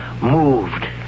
moved